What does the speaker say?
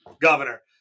governor